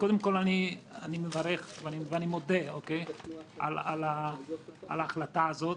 קודם כל, אני מברך ומודה על ההחלטה הזאת.